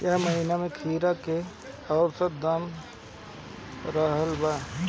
एह महीना खीरा के औसत दाम का रहल बा?